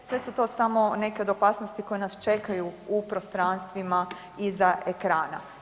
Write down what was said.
Sve su to samo nekad opasnosti koje nas čekaju u prostranstvima iza ekrana.